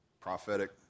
prophetic